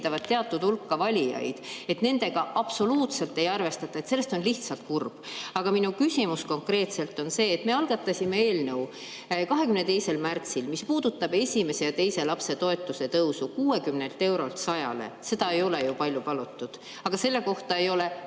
teatud hulka valijaid. Nendega absoluutselt ei arvestata. Sellepärast on lihtsalt kurb. Aga minu küsimus konkreetselt on see. Me algatasime 22. märtsil eelnõu, mis puudutab esimese ja teise lapse toetuse tõusu 60 eurolt 100 eurole. Seda ei ole ju palju palutud. Aga selle kohta ei ole